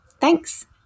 Thanks